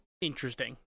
interesting